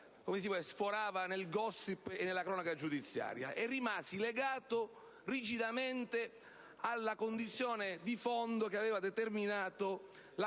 che sforava nel *gossip* e nella cronaca giudiziaria, e rimasi legato rigidamente alla condizione di fondo che aveva determinato